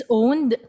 owned